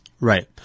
Right